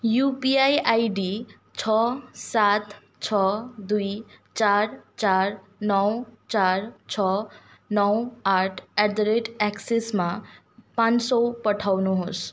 you PI ID छ सात छ दुई चार चार नौ चार छ नौ आठ एट द रेट एक्सिसमा पाँच सय पठाउनुहोस्